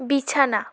বিছানা